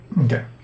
Okay